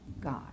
God